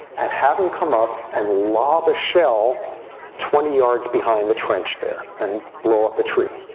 and have him come up and lob a shell twenty yards behind the trench there, and blow up a tree.